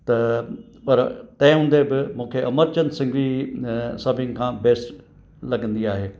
त पर तंहिं हूंदे बि मूंखे अमरचंद सिंह जी न सभिनि खां बैस्ट लॻंदी आहे